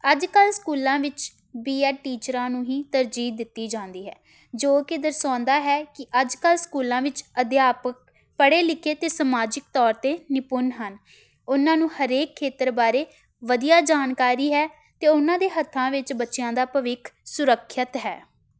ਅੱਜ ਕੱਲ੍ਹ ਸਕੂਲਾਂ ਵਿੱਚ ਬੀ ਐੱਡ ਟੀਚਰਾਂ ਨੂੰ ਹੀ ਤਰਜੀਹ ਦਿੱਤੀ ਜਾਂਦੀ ਹੈ ਜੋ ਕਿ ਦਰਸਾਉਂਦਾ ਹੈ ਕਿ ਅੱਜ ਕੱਲ੍ਹ ਸਕੂਲਾਂ ਵਿੱਚ ਅਧਿਆਪਕ ਪੜ੍ਹੇ ਲਿਖੇ ਅਤੇ ਸਮਾਜਿਕ ਤੌਰ 'ਤੇ ਨਿਪੁੰਨ ਹਨ ਉਹਨਾਂ ਨੂੰ ਹਰੇਕ ਖੇਤਰ ਬਾਰੇ ਵਧੀਆ ਜਾਣਕਾਰੀ ਹੈ ਅਤੇ ਉਹਨਾਂ ਦੇ ਹੱਥਾਂ ਵਿੱਚ ਬੱਚਿਆਂ ਦਾ ਭਵਿੱਖ ਸੁਰੱਖਿਅਤ ਹੈ